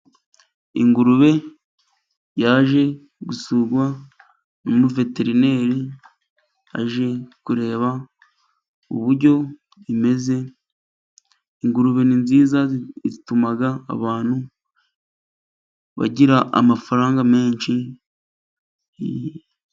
Ingurube yaje gusurwa n'umuveterineri aje kureba uburyo imeze. Ingurube ni nziza zituma abantu bagira amafaranga menshi.